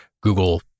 Google